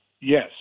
yes